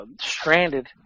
stranded